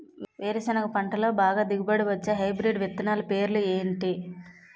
వేరుసెనగ పంటలో బాగా దిగుబడి వచ్చే హైబ్రిడ్ విత్తనాలు పేర్లు ఏంటి?